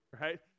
right